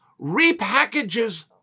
repackages